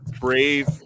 brave